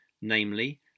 namely